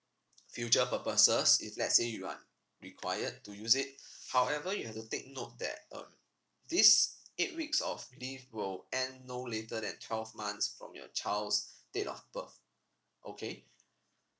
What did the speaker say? future purposes if let's say you are required to use it however you have to take note that um these eight weeks of leave will end no later than twelve months from your child's date of birth okay